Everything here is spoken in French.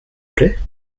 plait